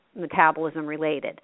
metabolism-related